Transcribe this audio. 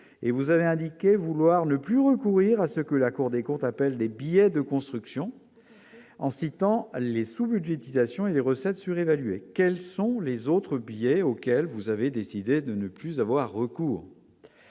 vous avez indiqué vouloir ne plus recourir à ce que la Cour des comptes appelle des billets de construction. En citant les souvenirs Djezzy et recettes surévaluées, quels sont les autres billets auxquels vous avez décidé de ne plus avoir recours.